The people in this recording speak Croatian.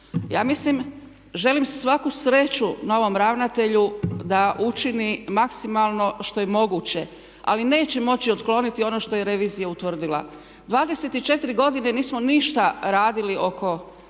Ja mislim, želim svaku sreću novom ravnatelju da učini maksimalno što je moguće, ali neće moći otkloniti ono što je revizija utvrdila. 24 godine nismo ništa radili oko